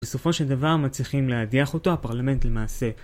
בסופו של דבר מצליחים להדיח אותו הפרלמנט למעשה.